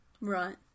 Right